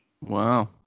Wow